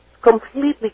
completely